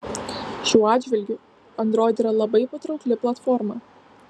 šiuo atžvilgiu android yra labai patraukli platforma